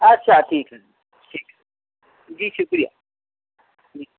اچھا ٹھیک ہے ٹھیک ہے جی شکریہ جی